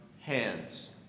hands